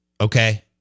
okay